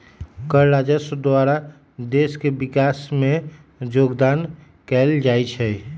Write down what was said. कर राजस्व द्वारा देश के विकास में जोगदान कएल जाइ छइ